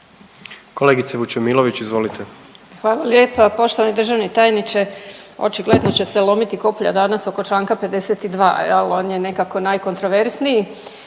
Vesna (Hrvatski suverenisti)** Hvala lijepa. Poštovani državni tajniče, očigledno će se lomiti koplja danas oko čl. 52. jel on je nekako najkontraverzniji